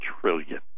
trillion